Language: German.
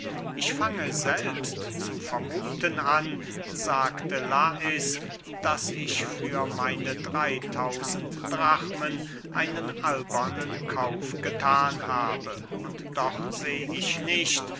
ich fange selbst zu vermuthen an sagte lais daß ich für meine drey tausend drachmen einen albernen kauf gethan habe und doch seh ich nicht